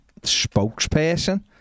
spokesperson